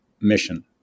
mission